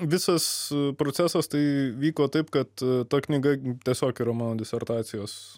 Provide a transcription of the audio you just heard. visas procesas tai vyko taip kad ta knyga tiesiog yra mano disertacijos